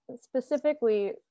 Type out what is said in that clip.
specifically